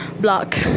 Block